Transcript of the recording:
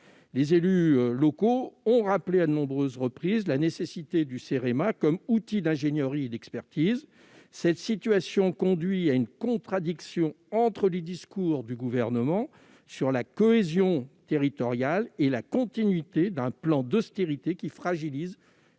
Les élus locaux ont rappelé à de nombreuses reprises la nécessité du Cerema comme outil d'ingénierie et d'expertise. Cette situation conduit à une contradiction entre les discours du Gouvernement sur la cohésion territoriale et la continuité d'un plan d'austérité, qui fragilise